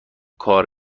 کار